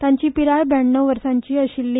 तांची पिराय ब्याण्णव वर्सांची आशिल्ली